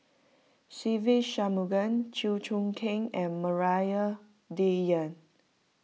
Se Ve Shanmugam Chew Choo Keng and Maria Dyer